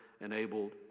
enabled